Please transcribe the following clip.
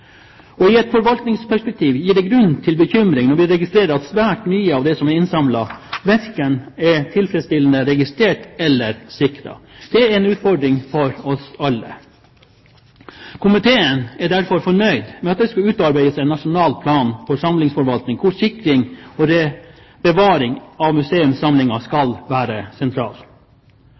sikret. I et forvaltningsperspektiv gir det grunn til bekymring når vi registrerer at svært mye av det som er innsamlet, verken er tilfredsstillende registrert eller sikret. Det er en utfordring for oss alle. Komiteen er derfor fornøyd med at det skal utarbeides en nasjonal plan for samlingsforvaltning hvor sikring og bevaring av museumssamlinger skal være